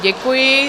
Děkuji.